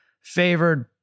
favored